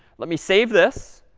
let me save this,